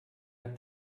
hat